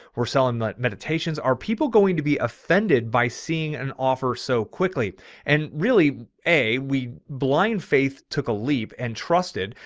we're selling meditations. are people going to be. offended by seeing an offer so quickly and really a wee blind faith took a leap and trusted,